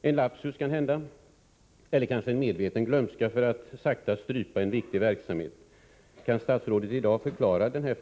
Det är kanhända en lapsus eller kanske en medveten glömska för att sakta strypa en viktig verksamhet. Kan statsrådet i dag förklara denna